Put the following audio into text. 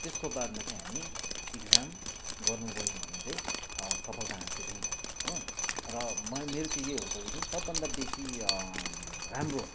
त्यसको बादमा चाहिँ हामी इक्जाम गर्नु गयौँ भने चाहिँ सफलता हासिल हुन्छ हो र मेरो चाहिँ यही हो सजेसन सबभन्दा बेसी राम्रो